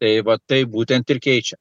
tai va tai būtent ir keičia